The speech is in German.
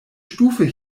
stufe